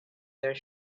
their